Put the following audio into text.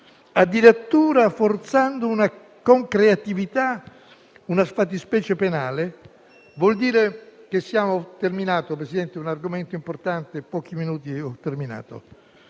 addirittura forzando con creatività una fattispecie penale